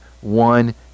one